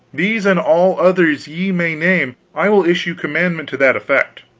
these and all others ye may name. i will issue commandment to that effect.